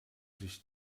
sich